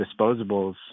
disposables